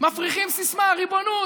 מפריחים סיסמה: ריבונות.